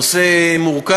זה נושא מורכב,